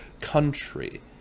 country